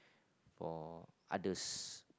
for others